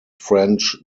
french